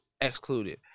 excluded